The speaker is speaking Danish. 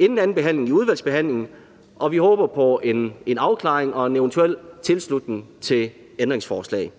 inden andenbehandlingen, og vi håber på en afklaring og en eventuel tilslutning til ændringsforslag.